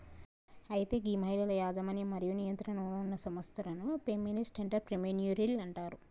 అయితే గీ మహిళల యజమన్యం మరియు నియంత్రణలో ఉన్న సంస్థలను ఫెమినిస్ట్ ఎంటర్ప్రెన్యూరిల్ అంటారు